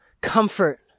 comfort